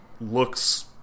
looks